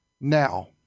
now